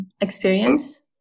experience